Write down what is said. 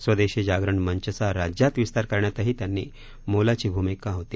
स्वदेशी जागरण मंचचा राज्यात विस्तार करण्यातही त्यांनी मोलाची भूमिका होती